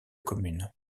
commune